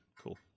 Cool